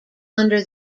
under